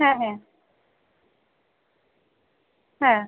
হ্যাঁ হ্যাঁ হ্যাঁ